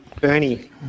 Bernie